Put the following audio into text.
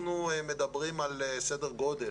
אנחנו מדברים על סדר גודל